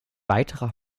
weiterer